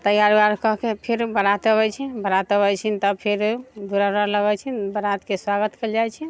तैयार व्यार कऽके फेर बरात अबै छै बरात अबै छनि तऽ फेर दूरा उरा लगै छै बरातके स्वागत कयल जाइ छै